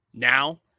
Now